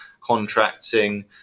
contracting